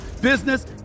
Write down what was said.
business